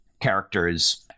characters